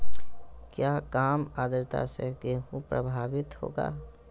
क्या काम आद्रता से गेहु प्रभाभीत होगा?